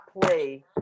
play